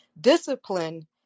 Discipline